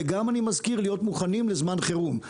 וגם - אני מזכיר להיות מוכנים לזמן חירום.